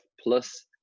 plus